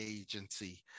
agency